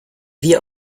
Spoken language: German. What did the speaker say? wie